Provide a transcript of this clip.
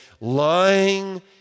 Lying